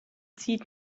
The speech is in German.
zieht